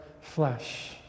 flesh